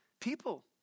people